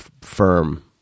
firm